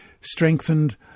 strengthened